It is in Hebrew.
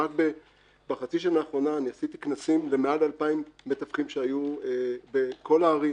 רק בחצי השנה האחרונה עשיתי כנסים למעל אלפיים מתווכים שהיו בכל הערים